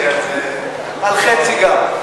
על חצי גם.